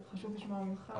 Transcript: חשוב לי לשמוע ממך על כך.